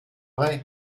vrai